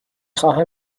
خواهم